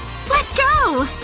let's go!